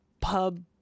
pub